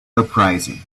uprising